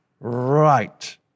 Right